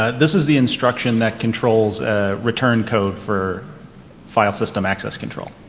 ah this is the instruction that controls return code for file system access control.